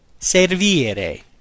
Servire